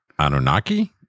Anunnaki